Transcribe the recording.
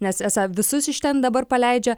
nes esą visus iš ten dabar paleidžia